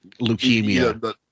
leukemia